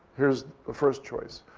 here's the first choice.